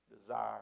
desire